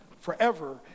forever